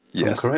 yes.